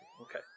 Okay